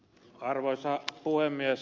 arvoisa puhemies